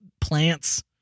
plants